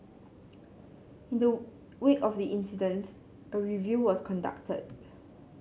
in the wake of the incident a review was conducted